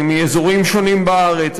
מאזורים שונים בארץ,